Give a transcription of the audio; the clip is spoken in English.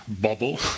bubble